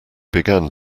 began